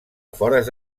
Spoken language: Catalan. afores